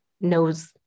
knows